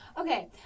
Okay